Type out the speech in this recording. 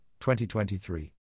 2023